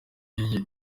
iyi